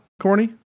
Corny